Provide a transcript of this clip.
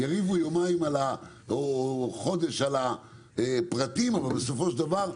יריבו יומיים או חודש על הפרטים אבל בסופו של דבר,